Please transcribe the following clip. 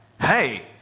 hey